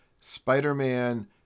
Spider-Man